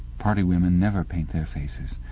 party women never paint their faces.